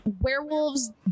Werewolves